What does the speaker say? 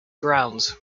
ground